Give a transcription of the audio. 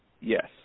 Yes